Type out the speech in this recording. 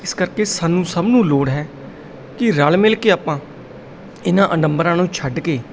ਇਸ ਕਰਕੇ ਸਾਨੂੰ ਸਭ ਨੂੰ ਲੋੜ ਹੈ ਕਿ ਰਲ ਮਿਲ ਕੇ ਆਪਾਂ ਇਹਨਾਂ ਅਡੰਬਰਾਂ ਨੂੰ ਛੱਡ ਕੇ